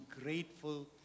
grateful